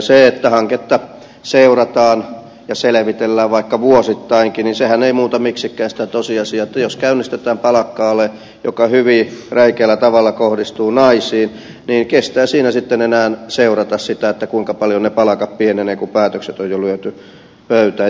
se että hanketta seurataan ja selvitellään vaikka vuosittainkin ei muuta miksikään sitä tosiasiaa että jos käynnistetään palkka ale joka hyvin räikeällä tavalla kohdistuu naisiin niin kestää siinä sitten enää seurata sitä kuinka paljon ne palkat pienenevät kun päätökset on jo lyöty pöytään